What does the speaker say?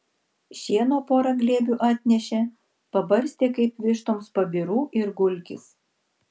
šieno pora glėbių atnešė pabarstė kaip vištoms pabirų ir gulkis